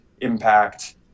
impact